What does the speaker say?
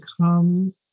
come